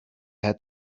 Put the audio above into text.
had